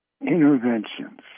interventions